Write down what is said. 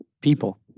people